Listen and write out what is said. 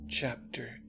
CHAPTER